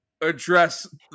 address